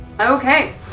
Okay